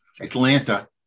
Atlanta